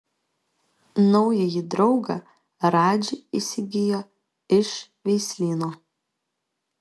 naująjį draugą radži įsigijo iš veislyno